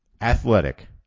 athletic